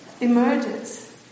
emerges